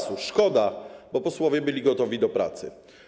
Szkoda, bo posłowie byli gotowi do pracy.